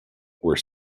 where